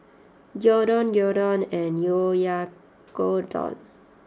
Gyudon Gyudon and Oyakodon